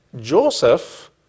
Joseph